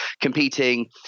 competing